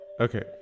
Okay